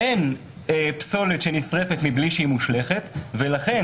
אין פסולת שנשרפת מבלי שהיא מושלכת ולכן,